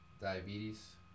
diabetes